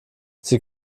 sie